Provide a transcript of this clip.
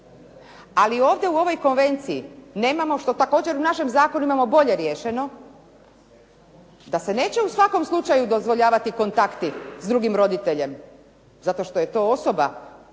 Ali ovdje u ovoj konvenciji nemamo što također u našem zakonu imamo bolje riješeno, da se neće u svakom slučaju dozvoljavati kontakti s drugim roditeljem zato što je to osoba